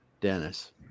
Dennis